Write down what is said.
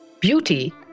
Beauty